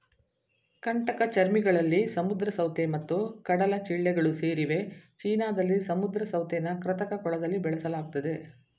ಕಂಟಕಚರ್ಮಿಗಳಲ್ಲಿ ಸಮುದ್ರ ಸೌತೆ ಮತ್ತು ಕಡಲಚಿಳ್ಳೆಗಳು ಸೇರಿವೆ ಚೀನಾದಲ್ಲಿ ಸಮುದ್ರ ಸೌತೆನ ಕೃತಕ ಕೊಳದಲ್ಲಿ ಬೆಳೆಸಲಾಗ್ತದೆ